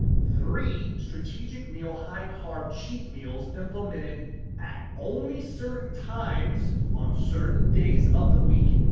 three, strategic meal, high-carb cheat meals implemented at only certain times on certain days of the week.